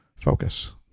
focus